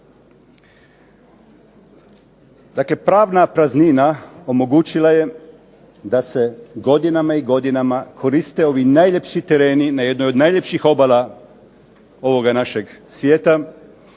Dakle, pravna praznina omogućila je da se godinama i godinama koriste ovi najljepši tereni na jednoj od najljepših obala ovoga našega svijeta,